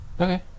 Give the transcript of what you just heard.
Okay